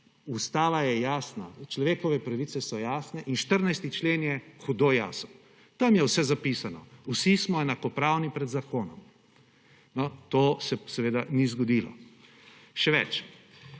ustava je jasna, človekove pravice so jasne in 14. člen je hudo jasen, tam je vse zapisano, vsi smo enakopravni pred zakonom. No, to se seveda ni zgodilo. Še več,